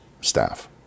staff